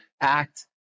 act